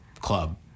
club